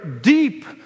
deep